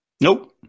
nope